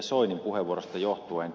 soinin puheenvuorosta johtuen